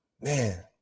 man